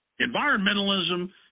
environmentalism